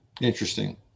Interesting